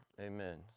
Amen